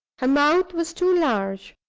her mouth was too large,